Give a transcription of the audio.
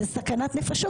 זאת סכנת נפשות.